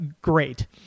great